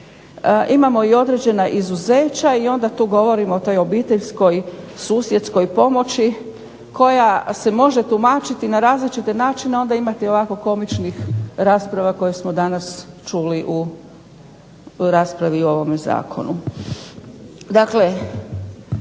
imamo i određena izuzeća i onda tu govorimo o toj obiteljskoj, susjedskoj pomoći, koja se može tumačiti na različite načine, onda imate ovako komičnih rasprava koje smo danas čuli u raspravi o ovome zakonu.